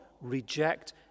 reject